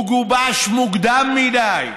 הוא גובש מוקדם מדי,